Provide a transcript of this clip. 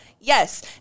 Yes